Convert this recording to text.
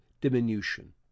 diminution